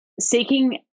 seeking